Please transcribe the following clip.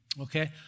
Okay